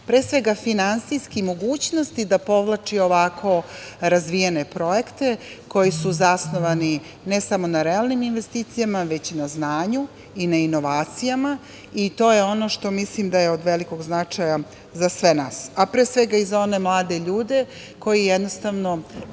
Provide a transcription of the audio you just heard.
pre svega finansijski mogućnosti da povlači ovako razvijene projekti koji su zasnovani ne samo na realnim investicijama, već na znanju i na inovacijama i to je ono što mislim da je od velikog značaja za sve nas, a pre svega i za one mlade ljude koji jednostavno